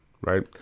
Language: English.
right